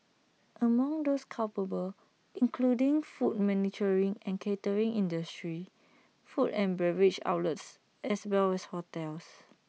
among those culpable includeding food manufacturing and catering industries food and beverage outlets as well as hotels